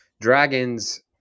dragons